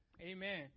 amen